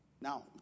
Now